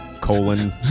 colon